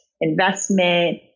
investment